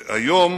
היום